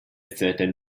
certain